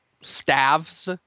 staves